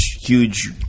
huge